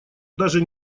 даже